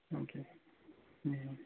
অঁ কি